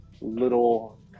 little